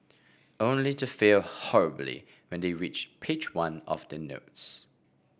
only to fail horribly when they reach page one of the notes